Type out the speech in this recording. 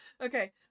Okay